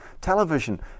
television